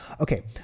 Okay